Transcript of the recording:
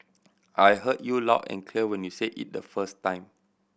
I heard you loud and clear when you said it the first time